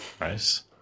Nice